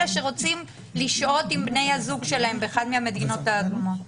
של כאלה שרוצים לשהות עם בני הזוג שלהם באחת מהמדינות האדומות?